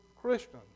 Christian